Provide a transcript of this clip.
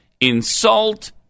insult